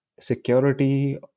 security